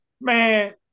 man